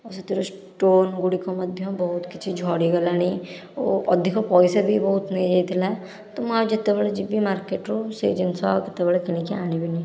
ସେଥିରୁ ଷ୍ଟୋନ ଗୁଡ଼ିକ ମଧ୍ୟ ବହୁତ କିଛି ଝଡ଼ିଗଲାଣି ଓ ଅଧିକ ପଇସା ବି ବହୁତ ନେଇ ଯାଇଥିଲା ତ ମୁଁ ଆଉ ଯେତବେଳେ ଯିବି ମାର୍କେଟରୁ ସେ ଜିନିଷ ଆଉ କେତେବେଳେ କିଣିକି ଆଣିବିନି